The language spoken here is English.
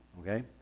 okay